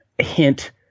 hint